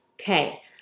Okay